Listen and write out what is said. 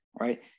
right